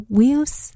Wheels